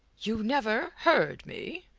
you never heard me?